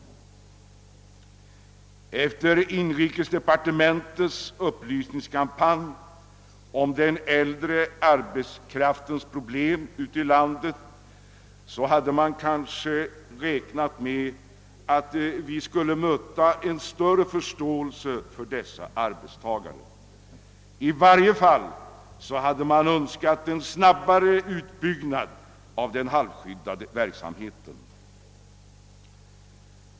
Efter inrikesdepartementets upplysningskampanj om den äldre arbetskraftens problem hade vi väl räknat med att möta större förståelse för dessa arbetstagare — eller i varje fall önskade vi en snabbare utbyggnad av den halvskyddade verksamheten.